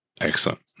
Excellent